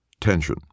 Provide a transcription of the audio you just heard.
Tension